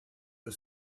the